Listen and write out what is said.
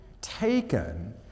taken